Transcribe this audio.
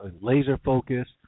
laser-focused